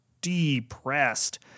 depressed